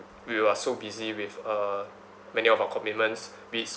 we are so busy with uh many of our commitments be it